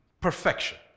perfection